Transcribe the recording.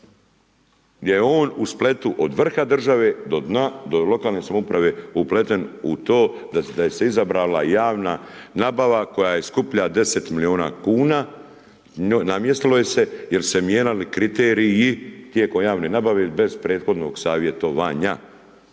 je on u spletu od vrha države do dna, do lokalne samouprave upleten u to da se izabrala javna nabava koja je skuplja 10 milijuna kuna, namjestilo joj se jer su se mijenjali kriteriji tijekom javne nabave bez prethodnog savjetovanja.